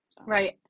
Right